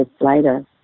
later